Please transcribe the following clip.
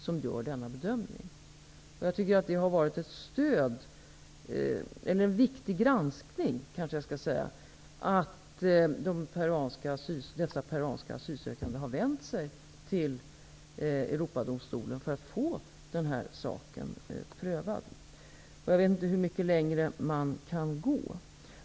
Det har inneburit en viktig granskning att dessa peruanska asylsökande har vänt sig till Europadomstolen för att få den här saken prövad. Jag vet inte hur mycket längre man kan gå.